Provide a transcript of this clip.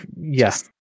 Yes